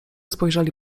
spojrzeli